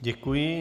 Děkuji.